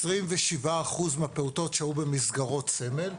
27% מהפעוטות שהו במסגרות סמל.